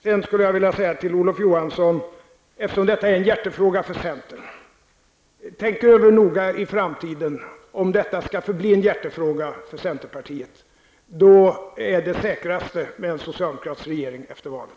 Sedan skulle jag vilja säga till Olof Johansson, eftersom detta är en hjärtefråga för centern: Tänk över noga i framtiden om detta skall förbli en hjärtefråga för centerpartiet. Då är det säkrast med en socialdemokratisk regering efter valet.